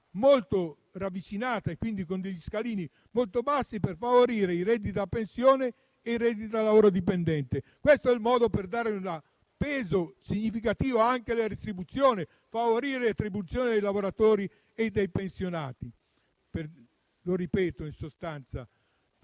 molto ravvicinata, quindi con degli scalini molto bassi, per favorire i redditi da pensione e da lavoro dipendente. Questo è il modo per dare un peso significativo anche alle retribuzioni e per favorire la retribuzione dei lavoratori e dei pensionati. Lo ripeto: il